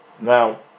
Now